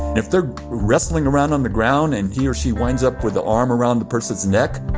if they're wrestling around on the ground and he or she winds up with the arm around the person's neck,